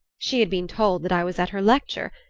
she had been told that i was at her lecture,